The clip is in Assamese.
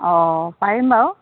অঁ পাৰিম বাৰু